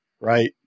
right